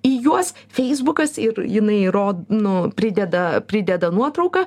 į juos feisbukas ir jinai rod nu prideda prideda nuotrauką